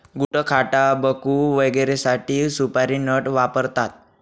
गुटखाटाबकू वगैरेसाठी सुपारी नट वापरतात